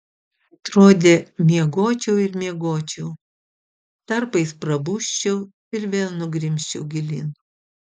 atrodė miegočiau ir miegočiau tarpais prabusčiau ir vėl nugrimzčiau gilyn